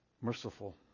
Merciful